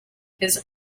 his